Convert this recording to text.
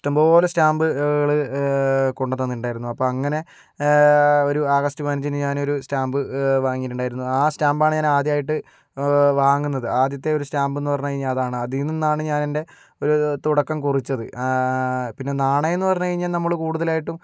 ഇഷ്ടംപോലെ സ്റ്റാമ്പുകൾ കൊണ്ടുത്തന്നിട്ടുണ്ടായിരുന്നു അപ്പോൾ അങ്ങനെ ഒരു ആഗസ്ത് പതിനഞ്ചിനു ഞാൻ ഒരു സ്റ്റാമ്പ് വാങ്ങിയിട്ടുണ്ടായിരുന്നു ആ സ്റ്റാമ്പാണ് ഞാൻ ആദ്യമായിട്ട് വാങ്ങുന്നത് ആദ്യത്തെ ഒരു സ്റ്റാമ്പ് എന്ന് പറഞ്ഞു കഴിഞ്ഞാൽ അതാണ് അതിൽ നിന്നാണ് ഞാൻ എൻ്റെ ഒരു തുടക്കം കുറിച്ചത് പിന്നെ നാണയം എന്നു പറഞ്ഞു കഴിഞ്ഞാൽ നമ്മൾ കൂടുതലായിട്ടും